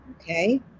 okay